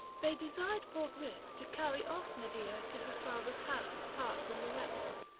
they desired forthwith to carry off medea to her father's house apart from the rest,